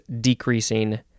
decreasing